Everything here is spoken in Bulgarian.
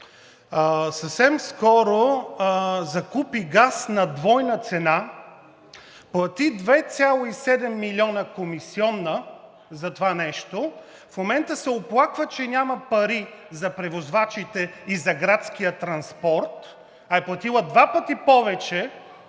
съвсем скоро закупи газ на двойна цена – плати 2,7 милиона комисиона за това нещо. В момента се оплаква, че няма пари за превозвачите и за градския транспорт, а е платила два пъти повече